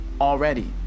already